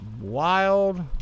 wild